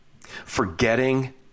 forgetting